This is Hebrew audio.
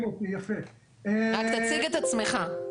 רק תציג את עצמך.